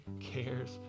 cares